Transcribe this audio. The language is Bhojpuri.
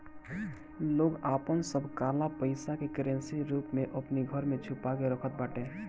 लोग आपन सब काला पईसा के करेंसी रूप में अपनी घरे में छुपा के रखत बाटे